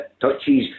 touches